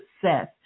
Success